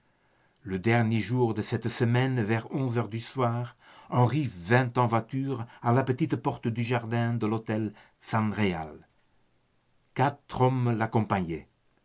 le dernier jour de cette semaine vers onze heures du soir henri revint en voiture à la petite porte du jardin de l'hôtel san réal trois hommes l'accompagnaient